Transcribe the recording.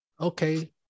okay